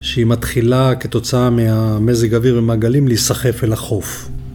שהיא מתחילה כתוצאה מהמזג אוויר ומהגלים להיסחף אל החוף.